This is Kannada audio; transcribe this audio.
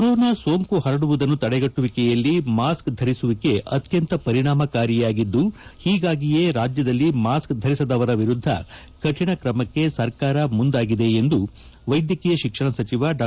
ಕೋರೋನಾ ಸೋಂಕು ಪರಡುವುದನ್ನು ತಡೆಗಟ್ಟುವಿಕೆಯಲ್ಲಿ ಮಾಸ್ಕ್ ಧರಿಸುವಿಕೆ ಅತ್ತಂತ ಪರಿಣಾಮಕಾರಿಯಾಗಿದ್ದು ಒೀಗಾಗಿಯೇ ರಾಜ್ಯದಲ್ಲಿ ಮಾಸ್ಕ್ ಧರಿಸದವರ ವಿರುದ್ದ ಕಠಿಣ ಕ್ರಮಕ್ಕೆ ಸರ್ಕಾರ ಮುಂದಾಗಿದೆ ಎಂದು ವೈದ್ಯಕೀಯ ಶಿಕ್ಷಣ ಸಚಿವ ಡಾ